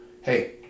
hey